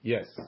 Yes